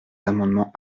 amendements